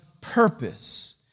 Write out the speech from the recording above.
purpose